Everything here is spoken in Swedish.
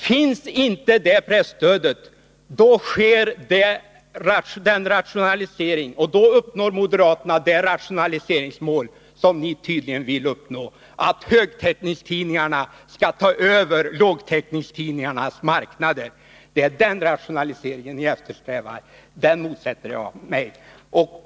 Finns inte det presstödet, då uppnår moderaterna det rationaliseringsmål som ni tydligen vill uppnå: att högtäckningstidningarna skall ta över lågtäckningstidningarnas marknader. Det är den rationalisering ni eftersträvar, och den motsätter jag mig.